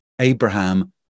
Abraham